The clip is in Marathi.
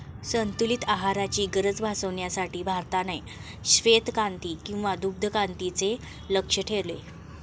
संतुलित आहाराची गरज भागविण्यासाठी भारताने श्वेतक्रांती किंवा दुग्धक्रांतीचे लक्ष्य ठेवले